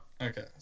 Okay